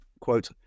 quote